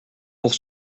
pour